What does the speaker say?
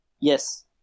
Yes